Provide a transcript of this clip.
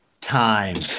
time